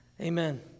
Amen